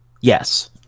Yes